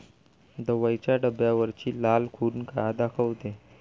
दवाईच्या डब्यावरची लाल खून का दाखवते?